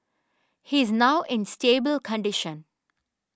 he's now in stable condition